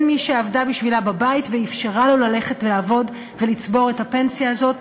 מי שעבדה בשבילה בבית ואפשרה לו ללכת לעבוד ולצבור את הפנסיה הזאת,